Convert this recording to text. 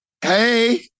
Hey